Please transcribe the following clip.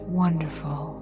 wonderful